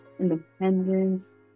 independence